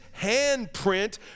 handprint